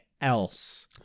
else